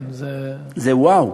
זה "וואו",